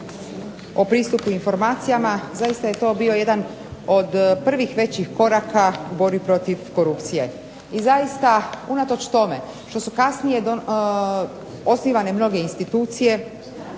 o pristupu informacijama zaista je to bio jedan od prvih većih koraka u borbi protiv korupcije. I zaista unatoč tome što su kasnije osnivane mnoge institucije,